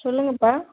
சொல்லுங்கப்பா